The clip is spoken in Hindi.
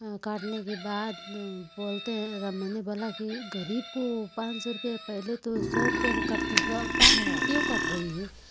काटने के बाद बोलते हैं मैंने बोला कि गरीबों को पाँच सौ रुपये पहले तो सौ रुपये में कटते थे अब पाँच सौ में क्यों कट रही है